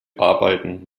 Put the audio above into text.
arbeiten